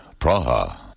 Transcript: Praha